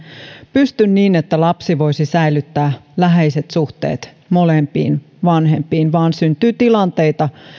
pysty niin että lapsi voisi säilyttää läheiset suhteet molempiin vanhempiin vaan syntyy tilanteita